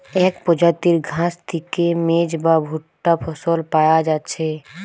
এক প্রজাতির ঘাস থিকে মেজ বা ভুট্টা ফসল পায়া যাচ্ছে